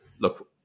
look